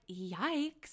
yikes